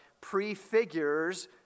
prefigures